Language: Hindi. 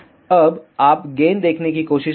अब आप गेन देखने की कोशिश करें